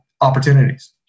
opportunities